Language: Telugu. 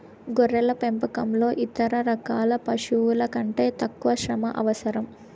గొర్రెల పెంపకంలో ఇతర రకాల పశువుల కంటే తక్కువ శ్రమ అవసరం